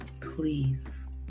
please